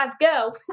go